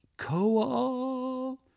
Coal